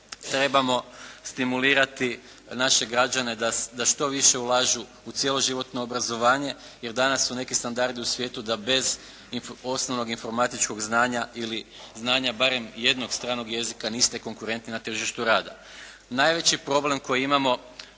trebamo stimulirati naše građane da što više ulažu u cjeloživotno obrazovanje jer danas su neki standardi u svijetu da bez osnovnog informatičkog znanja ili znanja barem jednog stranog jezika niste konkurentni na tržištu rada. Najveći problem koji imamo